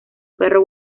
perro